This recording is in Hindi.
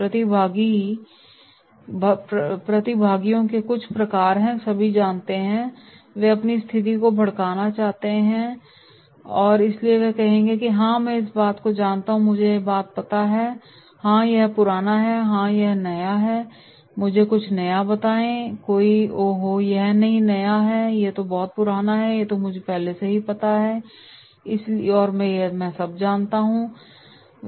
प्रतिभागियों के कुछ प्रकार हैं सभी जानते हैं कि वे अपनी स्थिति को भड़काना चाहते हैं इसलिए वे कहेंगे हाँ मैं इस बात को जानता हूँ मुझे यह बात पता है हाँ यह पुराना है यह नया नहीं है मुझे कुछ नया बताएं ओह यह नहीं नया नहीं है मुझे यह पता है "इसलिए वे सभी जानते हैं